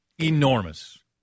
Enormous